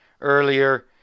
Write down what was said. earlier